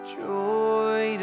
joy